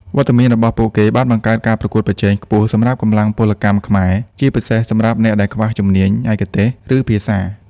វត្តមានរបស់ពួកគេបានបង្កើតការប្រកួតប្រជែងខ្ពស់សម្រាប់កម្លាំងពលកម្មខ្មែរ ជាពិសេសសម្រាប់អ្នកដែលខ្វះជំនាញឯកទេស ឬភាសា។